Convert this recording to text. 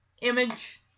image